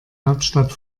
hauptstadt